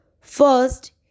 First